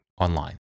online